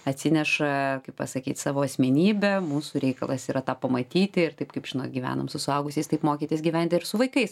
atsineša kaip pasakyt savo asmenybę mūsų reikalas yra tą pamatyti ir taip kaip žinot gyvenam su suaugusiais taip mokytis gyventi ir su vaikais